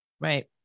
Right